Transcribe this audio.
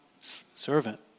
servant